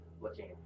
looking